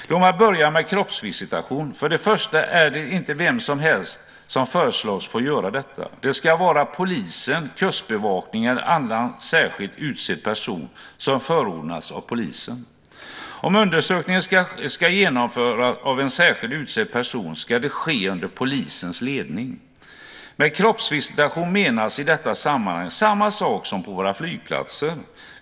Låt mig börja med kroppsvisitationen. För det första är det inte vem som helst som föreslås få göra detta. Det ska vara polisen, Kustbevakningen eller annan särskilt utsedd person som förordnats av polisen. Om undersökningen ska genomföras av en särskilt utsedd person ska det ske under polisens ledning. Med kroppsvisitation menas i detta sammanhang samma sak som på våra flygplatser.